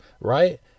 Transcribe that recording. Right